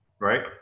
right